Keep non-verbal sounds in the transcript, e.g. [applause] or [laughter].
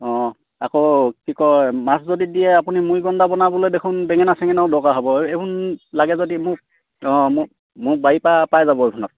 অঁ আকৌ কি কয় মাছ যদি দিয়ে আপুনি মুৰিগণ্ডা বনাবলৈ দেখোন বেঙেনা চেঙেনাও দৰকাৰ হ'ব [unintelligible] লাগে যদি মোক অঁ মোক মোক বাৰীৰপৰা পাই যাব এইখনত